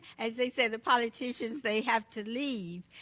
as they say, the politicians, they have to leave.